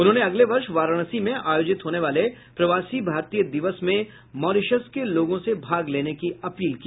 उन्होंने अगले वर्ष वाराणसी में आयोजित होने वाले प्रवासी भारतीय दिवस में मॉरीशस के लोगों से भाग लेने की अपील की